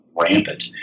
rampant